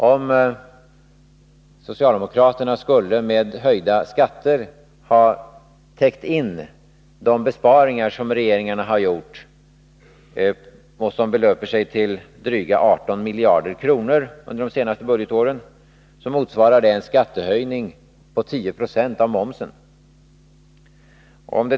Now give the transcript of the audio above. Om socialdemokraterna med höjda skatter skulle ha täckt in de besparingar som regeringarna har gjort och som för de senaste budgetåren belöper sig till dryga 18 miljarder kronor, motsvarar det en skattehöjning på 10 96 av momsen.